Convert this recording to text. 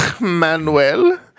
Manuel